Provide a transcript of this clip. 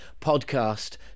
podcast